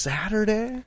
Saturday